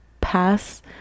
pass